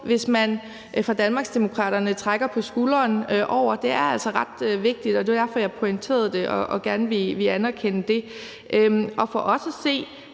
hvis man fra Danmarksdemokraternes side trækker på skuldrene af. Det er altså ret vigtigt, og det er derfor, jeg pointerede det og gerne ville anerkende det. For os at se